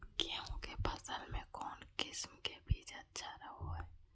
गेहूँ के फसल में कौन किसम के बीज अच्छा रहो हय?